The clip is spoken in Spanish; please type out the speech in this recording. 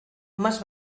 más